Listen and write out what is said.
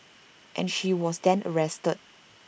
and she was then arrested